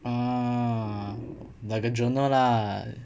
orh like a journal lah